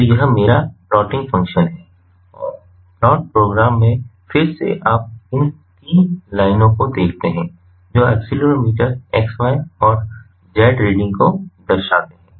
तो यह मेरा प्लॉटिंग फंक्शन है और प्लॉट प्रोग्राम में फिर से आप इन तीन लाइनों को देखते हैं जो एक्सीलरोमीटर xy और z रीडिंग को दर्शाते हैं